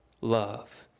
love